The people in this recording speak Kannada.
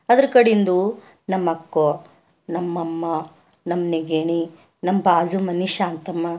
ಅದ್ರ ಕಡಿಂದು ನಮ್ಮ ಅಕ್ಕ ನಮ್ಮ ಅಮ್ಮ ನಮ್ಮ ನೆಗೆನಿ ನಮ್ಮ ಬಾಜು ಮನೆ ಶಾಂತಮ್ಮ